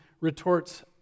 retorts